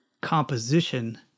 composition